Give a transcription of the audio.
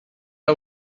are